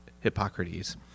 Hippocrates